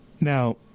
Now